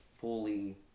fully